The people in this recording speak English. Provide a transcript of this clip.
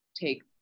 take